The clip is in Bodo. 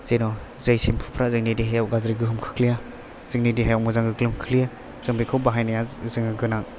जेन' जाय सेम्फुफ्रा जोंनि देहायाव गाज्रि गोहोम खोख्लैया जोंनि देहायाव मोजां गोहोम खोख्लैयो जों बेखौ बाहायनाया जोङो गोनां